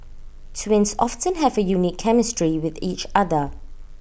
twins often have A unique chemistry with each other